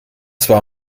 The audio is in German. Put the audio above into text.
zwar